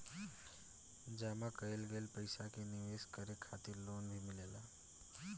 जामा कईल गईल पईसा के निवेश करे खातिर लोन भी मिलेला